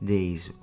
Days